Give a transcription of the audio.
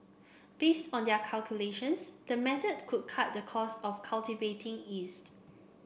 based on their calculations the method could cut the cost of cultivating yeast